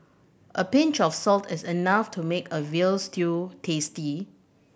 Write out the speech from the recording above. a pinch of salt is enough to make a veal stew tasty